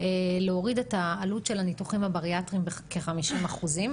בהחלטה להוריד את העלות של הניתוחים הבריאטריים בכ-50 אחוזים.